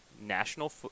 national